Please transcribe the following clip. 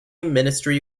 ministry